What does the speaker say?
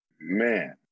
man